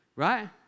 Right